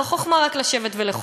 לא חוכמה רק לשבת ולחוקק.